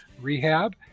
Rehab